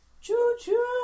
Choo-choo